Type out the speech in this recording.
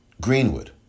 Greenwood